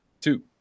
Two